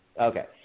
Okay